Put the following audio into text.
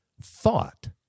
thought